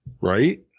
Right